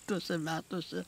tuose metuose